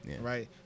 right